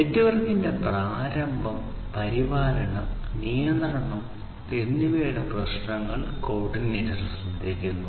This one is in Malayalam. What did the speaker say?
നെറ്റ്വർക്കിന്റെ പ്രാരംഭം പരിപാലനം നിയന്ത്രണം എന്നിവയുടെ പ്രശ്നങ്ങൾ കോർഡിനേറ്റർ ശ്രദ്ധിക്കുന്നു